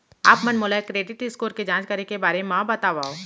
आप मन मोला क्रेडिट स्कोर के जाँच करे के बारे म बतावव?